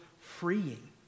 freeing